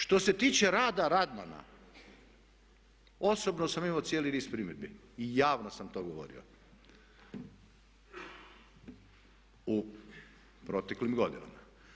Što se tiče rada Radmana osobno sam imao cijeli niz primjedbi i javno sam to govorio u proteklim godinama.